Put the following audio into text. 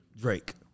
Drake